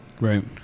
Right